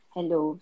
Hello